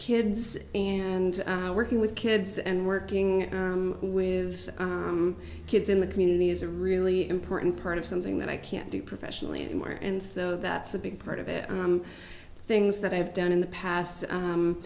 kids and working with kids and working with kids in the community is a really important part of something that i can't do professionally anywhere and so that's a big part of it things that i've done in the past